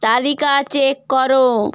তালিকা চেক করো